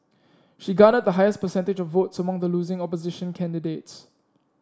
she garnered the highest percentage of votes among the losing opposition candidates